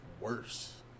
worse